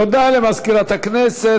תודה למזכירת הכנסת.